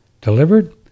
delivered